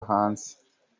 hanze